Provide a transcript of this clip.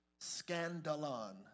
Scandalon